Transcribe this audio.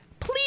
Please